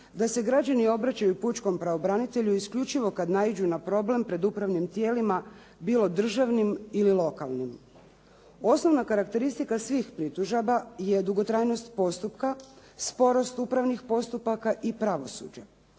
da se građani obraćaju pučkom pravobranitelju isključivo kad naiđu na problem pred upravnim tijelima bilo državnim ili lokalnim. Osnovna karakteristika svih pritužaba je dugotrajnost postupka, sporost upravnih postupaka i pravosuđe.